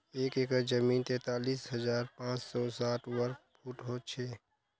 एक एकड़ जमीन तैंतालीस हजार पांच सौ साठ वर्ग फुट हो छे